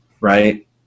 right